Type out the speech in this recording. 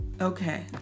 okay